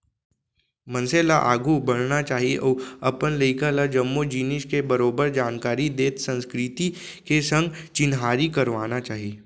मनसे ल आघू बढ़ना चाही अउ अपन लइका ल जम्मो जिनिस के बरोबर जानकारी देत संस्कृति के संग चिन्हारी करवाना चाही